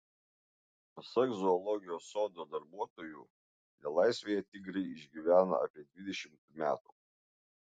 pasak zoologijos sodo darbuotojų nelaisvėje tigrai išgyvena apie dvidešimt metų